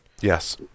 Yes